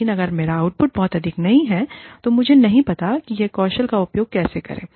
लेकिन अगर मेरा आउटपुट बहुत अधिक नहीं है तो मुझे नहीं पता उस कौशल का उपयोग कैसे करें